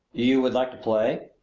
you would like to play?